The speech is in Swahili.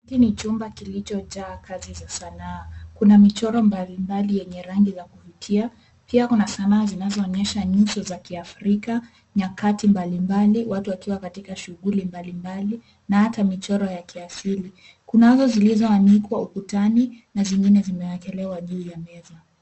Hii ni chumba kilichojaa kazi za sanaa. Kuna michoro mbalimbali yenye rangi za kuvutia. Pia kuna sanaa zinazoonyesha nyuso za kiafrika, nyakati mbalimbali, watu wakiwa katika shughuli mbalimbali na hata michoro ya kiasili. Kunazo zilizoanikwa ukutani na zingine zimewekelewa juu ya meza.